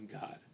God